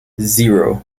zero